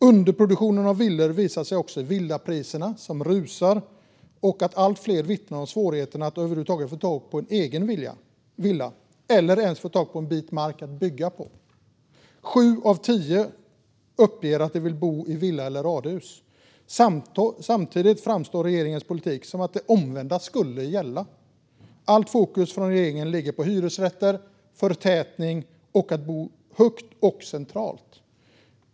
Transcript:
Underproduktionen av villor visar sig också i villapriserna, som rusar, och i att allt fler vittnar om svårigheterna att över huvud taget få tag på en egen villa, eller ens en bit mark att bygga på. Sju av tio uppger att de vill bo i villa eller radhus. Samtidigt framstår regeringens politik som att det omvända skulle gälla. Allt fokus från regeringen ligger på hyresrätter och förtätning och på att bo högt och centralt.